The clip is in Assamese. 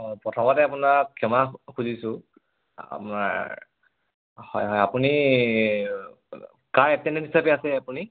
অঁ প্ৰথমতে আপোনাক ক্ষমা খুজিছোঁ আপোনাৰ হয় হয় আপুনি কাৰ এটেণ্ডেণ্ট হিচাপে আছে আপুনি